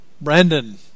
Brandon